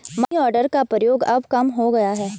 money order का प्रयोग अब कम हो गया है